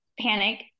panic